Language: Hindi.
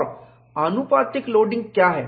और आनुपातिक लोडिंग क्या है